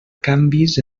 canvis